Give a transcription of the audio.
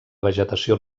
vegetació